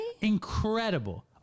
Incredible